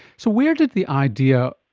so where did the idea,